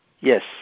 Yes